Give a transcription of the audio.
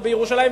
ובירושלים,